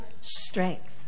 strength